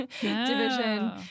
division